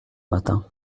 matin